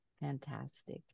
Fantastic